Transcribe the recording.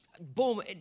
boom